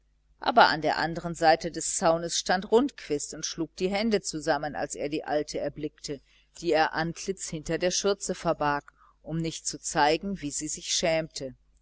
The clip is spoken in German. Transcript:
aber an der andern seite des zaunes stand rundquist und schlug die hände zusammen als er die alte erblickte die ihr antlitz hinter der schürze verbarg um nicht zu zeigen wie sie sich schämte